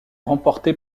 remportée